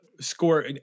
score –